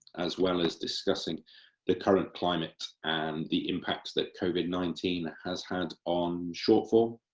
as well as discussing the current climate and the impact that covid nineteen has had on short form,